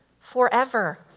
forever